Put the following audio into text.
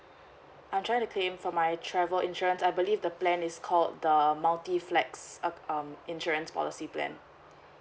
I try to claim for my travel insurance I believe the plan is called the multi flex uh um insurance policy plan